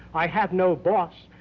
i have no boss.